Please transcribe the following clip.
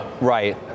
Right